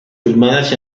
filmadas